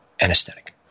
anesthetic